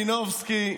מלינובסקי,